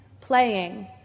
playing